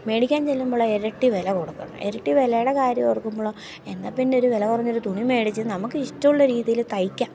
മേടിക്കാൻ ചല്ലുമ്പോഴോ ഇരട്ടി വില കൊടുക്കണം ഇരട്ടി വിലയുടെ കാര്യം ഓർക്കുമ്പോഴോ എന്നാൽപ്പിന്നെ ഒരു വില കുറഞ്ഞൊരു തുണി മേടിച്ച് നമുക്ക് ഇഷ്ടമുള്ള രീതിയിൽ തയ്ക്കാം